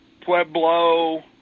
Pueblo